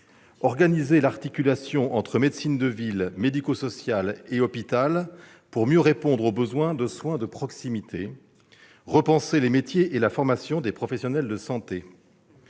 organiser l'articulation entre médecine de ville, secteur médico-social et hôpital pour mieux répondre aux besoins de soins de proximité, repenser les métiers et la formation des professionnels de santé.